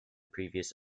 previous